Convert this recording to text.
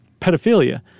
pedophilia